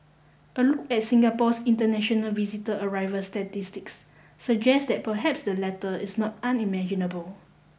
a look at Singapore's international visitor arrival statistics suggest that perhaps the latter is not unimaginable